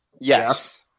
yes